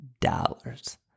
dollars